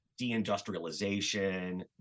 deindustrialization